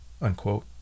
unquote